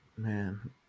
man